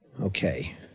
Okay